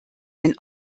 mein